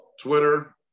Twitter